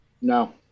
No